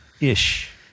Ish